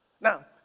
Now